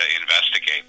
investigate